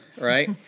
right